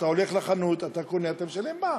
אתה הולך לחנות ואתה קונה אתה משלם מע"מ,